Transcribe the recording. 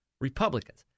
Republicans